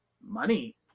Money